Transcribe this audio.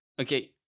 Okay